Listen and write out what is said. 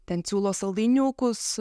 ten siūlo saldainiukus